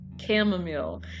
chamomile